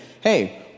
Hey